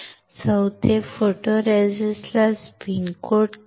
चौथे फोटोरेसिस्टला spin coat करा